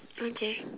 okay